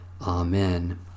Amen